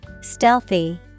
Stealthy